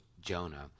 Jonah